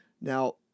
Now